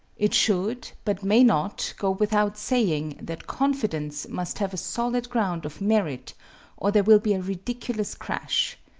it should but may not go without saying that confidence must have a solid ground of merit or there will be a ridiculous crash.